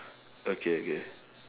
okay okay